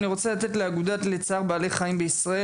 אני רוצה לתת לאגודת צער בעלי חיים בישראל,